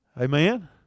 Amen